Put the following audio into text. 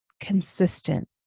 consistent